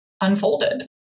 unfolded